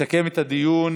יסכם את הדיון